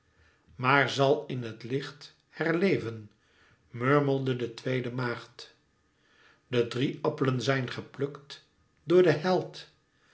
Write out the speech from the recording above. maar zal in het licht herleven murmelde de tweede maagd de drie appelen zijn geplukt door den held